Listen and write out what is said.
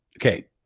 Okay